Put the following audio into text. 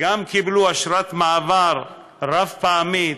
גם קיבלו אשרת מעבר רב-פעמית,